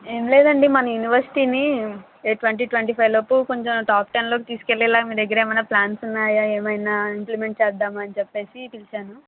ఏం లేదండీ మన యూనివర్సిటీ ని ట్వంటీ ట్వంటీ ఫైవ్ లోపు కొంచం టాప్ టెన్ లోకి తీసుకెళ్లేలా మీ దగ్గర ఏమైనా ప్లాన్స్ ఉన్నాయా ఏమైనా ఇంప్లిమెంట్ చేద్దామా అని చెప్పేసి పిలిచాను